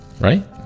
Right